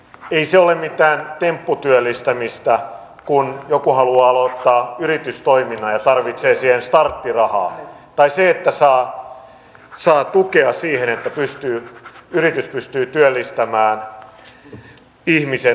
ei se ole mitään tempputyöllistämistä kun joku haluaa aloittaa yritystoiminnan ja tarvitsee siihen starttirahaa tai se että yritys saa tukea siihen että pystyy työllistämään työttömän ihmisen